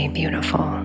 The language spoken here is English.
beautiful